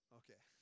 okay